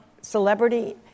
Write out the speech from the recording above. celebrity